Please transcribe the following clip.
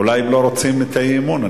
אולי הם לא רוצים את האי-אמון.